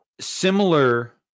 similar